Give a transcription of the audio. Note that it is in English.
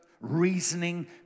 reasoning